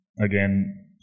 Again